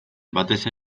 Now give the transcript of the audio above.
batez